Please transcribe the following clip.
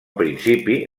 principi